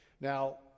Now